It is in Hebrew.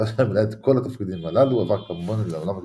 לאחר שמילא את כול התפקידים הללו עבר קמבון אל העולם הדיפלומטי.